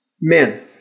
Men